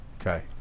Okay